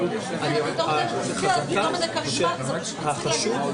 נכון שאנו קוראים לזה חילוט אזרחי אבל הוא רואה את זה כהליך פלילי.